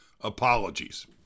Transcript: Apologies